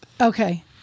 Okay